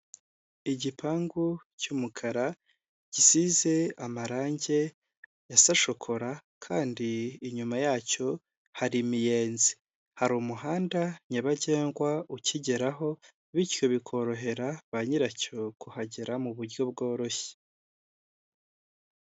Igipangu cy'umukara gisize amarangi asa shokora kandi inyuma yacyo hari imiyenzi, hari umuhanda nyabagendwa ukigeraho, bityo bikorohera ba nyiracyo kuhagera mu buryo bworoshye.